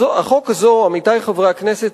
עמיתי חברי הכנסת,